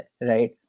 right